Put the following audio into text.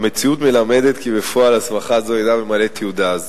מלמדת כי בפועל הסמכה זו איננה ממלאת את ייעודה".